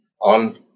on